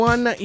One